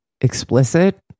explicit